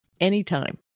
anytime